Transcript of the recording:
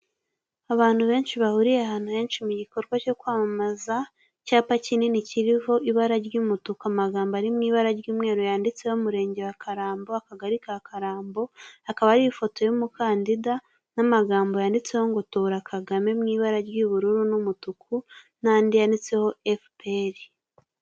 Abantu benshi bahuriye ahantu mu gikorwa cyo kwamamaza. Icyapa kinini kiriho ibara ry'umutuku, amagambo ari mu ibara ry'umweru yanditseho Umurenge wa Karambo, Akagari ka Karambo, hakaba hariho ifoto y'umukandida n'amagambo yanditseho ngo 'Tora Kagame' mu ibara ry'ubururu n'umutuku, n'andi yanditseho FPR.